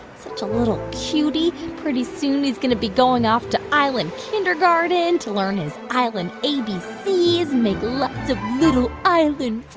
such a little cutie. pretty soon he's going to be going off to island kindergarten to learn his island abcs and make lots of little island